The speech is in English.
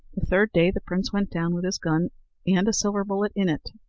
the third day the prince went down with his gun and a silver bullet in it.